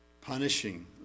punishing